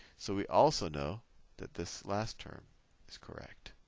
so we also know that this last term is correct.